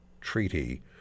Treaty